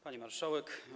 Pani Marszałek!